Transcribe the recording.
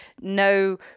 no